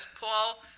Paul